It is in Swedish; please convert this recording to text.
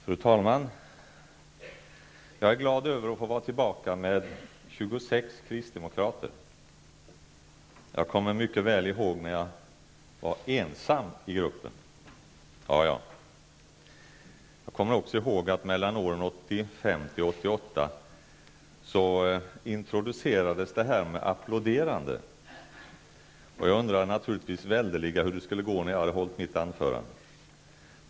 Fru talman! Jag är glad över att vara tillbaka tillsammans med 26 andra kristdemokrater. Jag kommer mycket väl ihåg när jag var ensam i gruppen. Jag kommer också ihåg att under åren 1985--1988 indroducerades detta med applåderande. Jag undrade naturligtvis väldigt mycket hur det skulle bli efter mitt anförande.